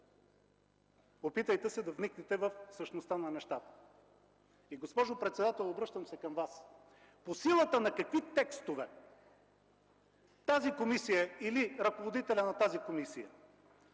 опитайте се да вникнете в същността на нещата. Госпожо председател, обръщам се към Вас: по силата на какви текстове тази комисия или ръководителят на тази комисия